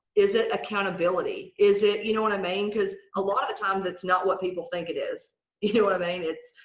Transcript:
is it accountability? is it, you know what i mean? because a lot of of times it's not what people think it is. you know what i mean? it's